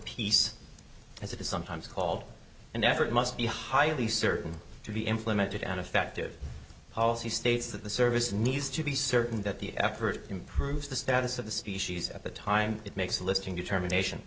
peace as it is sometimes called an effort must be highly certain to be implemented an effective policy states that the service needs to be certain that the effort improves the status of the species at the time it makes a listing determination